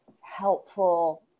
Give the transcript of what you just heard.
helpful